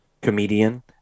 comedian